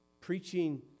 Preaching